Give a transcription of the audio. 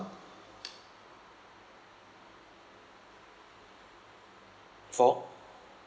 four